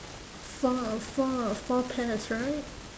four four four pears right